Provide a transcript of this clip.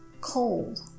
cold